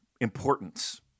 importance